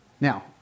Now